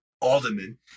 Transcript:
Alderman